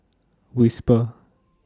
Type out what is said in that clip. whisper